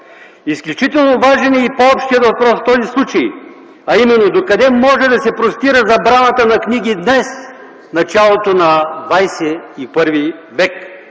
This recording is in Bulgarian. Изключително важен е и по-общият въпрос в този случай, а именно: докъде може да се простира забраната на книги днес, в началото на ХХІ век?